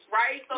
right